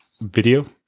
video